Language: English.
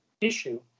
issue